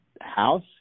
house